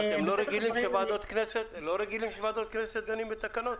אתם לא רגילים שבוועדות כנסת דנים בתקנות?